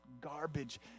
garbage